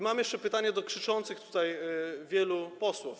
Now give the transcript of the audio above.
Mam jeszcze pytanie do krzyczących tutaj wielu posłów.